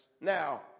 Now